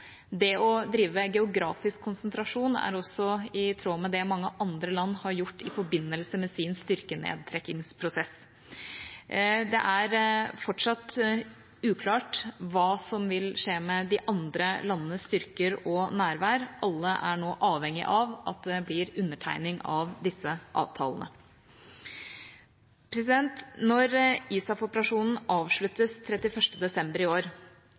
Det å drive geografisk konsentrasjon er også i tråd med det mange andre land har gjort i forbindelse med sin styrkenedtrekkingsprosess. Det er fortsatt uklart hva som vil skje med de andre landenes styrker og nærvær. Alle er nå avhengig av at det blir undertegning av disse avtalene. Når ISAF-operasjonen avsluttes 31. desember i år,